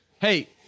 Hey